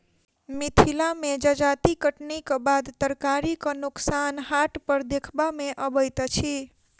मिथिला मे जजाति कटनीक बाद तरकारीक नोकसान हाट पर देखबा मे अबैत अछि